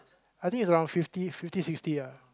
I think is around fifty fifty sixty ah